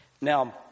Now